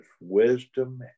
wisdom